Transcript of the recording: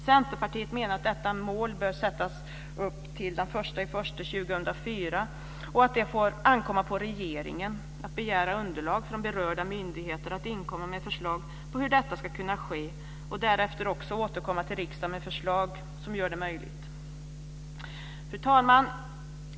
Centerpartiet menar att detta mål bör vara uppfyllt till den 1 januari 2004 och att det får ankomma på regeringen att begära underlag från berörda myndigheter att inkomma med förslag till hur detta kan ske. Därefter bör man återkomma till riksdagen med förslag som gör det möjligt. Fru talman!